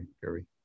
Gary